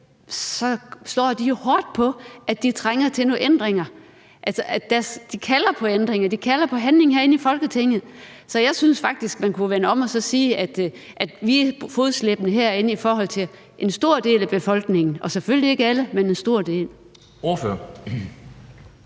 slår de jo hårdt på, at de trænger til nogle ændringer. De kalder på ændringer, de kalder på handling herinde i Folketinget. Så jeg synes faktisk, man kunne vende det om og sige, at vi er fodslæbende herinde i forhold til en stor del af befolkningen, selvfølgelig ikke alle, men en stor del.